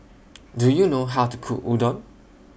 Do YOU know How to Cook Udon